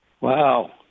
Wow